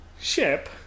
ship